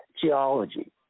geology